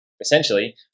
Essentially